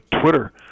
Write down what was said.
Twitter